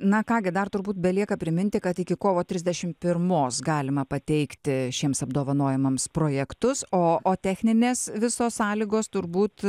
na ką gi dar turbūt belieka priminti kad iki kovo trisdešim pirmos galima pateikti šiems apdovanojimams projektus o o techninės visos sąlygos turbūt